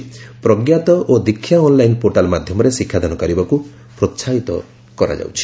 'ପ୍ରଗ୍ୟାତ' ଓ 'Diksha' online portal ମାଧ୍ୟମରେ ଶିକ୍ଷାଦାନ କରିବାକୁ ପ୍ରୋସାହିତ କରାଯାଉଛି